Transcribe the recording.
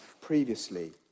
previously